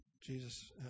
Jesus